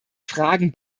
fragen